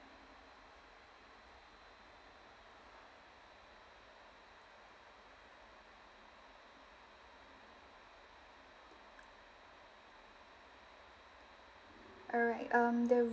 alright um the